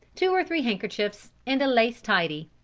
two or three handkerchiefs and a lace tidy.